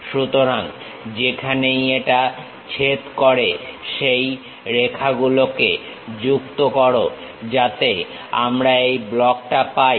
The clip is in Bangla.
সুতরাং যেখানেই এটা ছেদ করে সেই রেখাগুলোকে যুক্ত করো যাতে আমরা এই ব্লকটা পাই